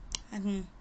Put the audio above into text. mmhmm